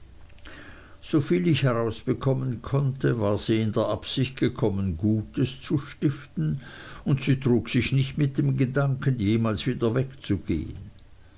soviel ich herausbekommen konnte war sie in der absicht gekommen gutes zu stiften und sie trug sich nicht mit dem gedanken jemals wieder wegzugehen